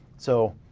so,